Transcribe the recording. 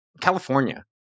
California